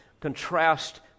contrast